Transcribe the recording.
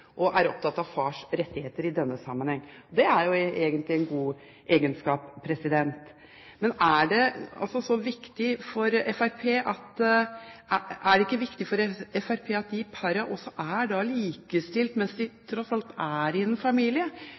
og er opptatt av fars rettigheter i denne sammenheng. Det er jo egentlig en god egenskap. Men er det ikke viktig for Fremskrittspartiet at disse parene også er likestilte mens de er en familie?